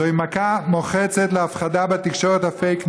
זוהי מכה מוחצת להפחדה בתקשורת הפייק ניוז,